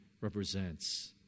represents